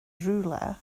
rhywle